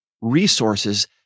resources